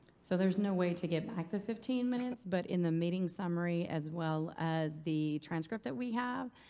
so there's no way to get back the fifteen minutes, but in the meeting summary as well as the transcript that we have,